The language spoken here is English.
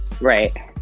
Right